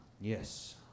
Yes